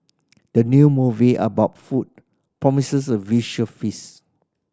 the new movie about food promises a visual feast